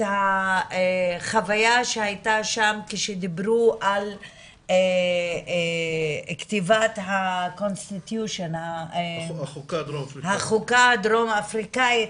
חוויה שהייתה שם כשדיברו על כתיבת החוקה הדרום אפריקאית,